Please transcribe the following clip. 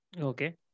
Okay